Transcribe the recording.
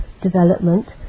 development